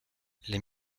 les